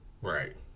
Right